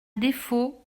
défaut